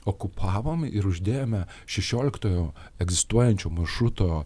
okupavom ir uždėjome šešioliktojo egzistuojančio maršruto